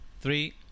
three